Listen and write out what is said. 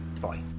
bye